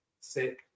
sit